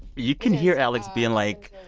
you can hear alex being like,